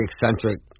eccentric